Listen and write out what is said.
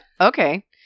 Okay